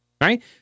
Right